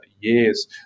years